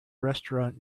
restaurant